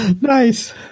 Nice